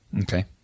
Okay